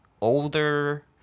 Older